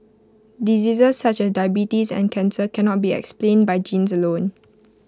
diseases such as diabetes and cancer cannot be explained by genes alone